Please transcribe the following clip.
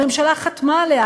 הממשלה חתמה עליה,